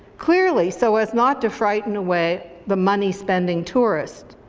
clearly so as not to frighten away the money-spending tourists.